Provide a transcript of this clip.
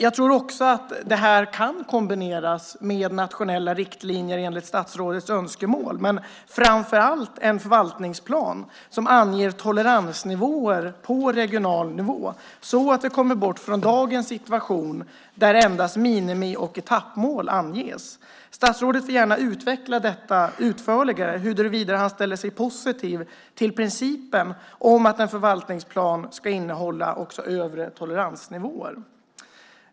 Jag tror också att det här kan kombineras med nationella riktlinjer enligt statsrådets önskemål, men framför allt med en förvaltningsplan som anger toleransnivåer på regional nivå så att vi kommer bort från dagens situation där endast minimi och etappmål anges. Statsrådet får gärna utveckla detta utförligare och berätta huruvida han ställer sig positiv till principen om att en förvaltningsplan ska innehålla övre toleransnivåer.